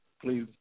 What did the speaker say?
Please